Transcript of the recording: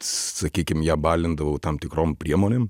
sakykim ją balindavau tam tikrom priemonėm